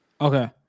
Okay